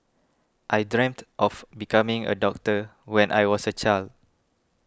I dreamt of becoming a doctor when I was a child